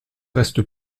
reste